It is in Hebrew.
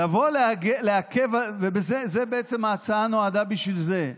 לבוא לעכב, בעצם ההצעה נועדה בשביל זה,